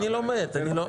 אני לומד.